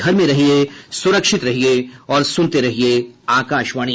घर में रहिये सुरक्षित रहिये और सुनते रहिये आकाशवाणी